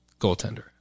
goaltender